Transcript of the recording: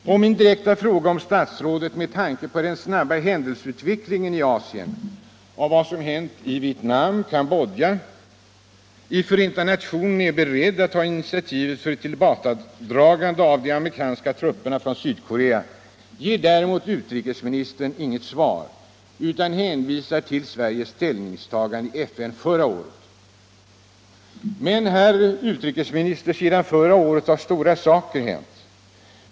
På min direkta fråga om statsrådet med tanke på den snabba händelseutvecklingen i Asien och vad som hänt i Vietnam och Cambodja är beredd att i FN ta initiativ för ett tillbakadragande av de amerikanska trupperna från Sydkorea ger däremot utrikesministern inget svar utan hänvisar till Sveriges ställningstagande i FN förra året. Men, herr utrikesminister, sedan förra året har stora saker hänt.